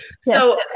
So-